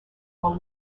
were